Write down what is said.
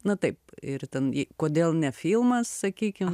na taip ir ten kodėl ne filmas sakykim